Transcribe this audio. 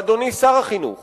ואדוני שר החינוך